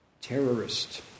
terrorist